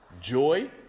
joy